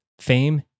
fame